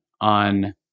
on